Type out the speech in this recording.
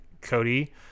Cody